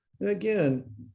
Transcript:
Again